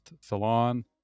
Salon